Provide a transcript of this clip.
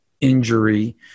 injury